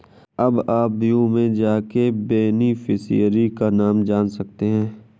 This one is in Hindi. अब आप व्यू में जाके बेनिफिशियरी का नाम जान सकते है